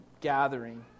gathering